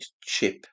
chip